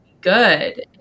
good